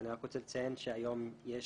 ואני רק רוצה לציין שהיום יש